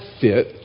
fit